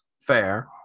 Fair